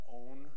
own